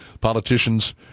Politicians